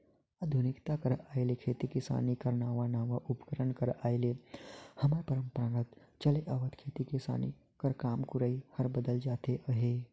आधुनिकता कर आए ले खेती किसानी कर नावा नावा उपकरन कर आए ले हमर परपरागत चले आवत खेती किसानी कर काम करई हर बदलत जात अहे